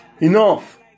Enough